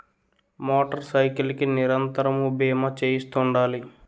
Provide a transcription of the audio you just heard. motor cycle కి నిరంతరము బీమా చేయిస్తుండాలి